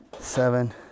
seven